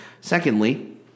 Secondly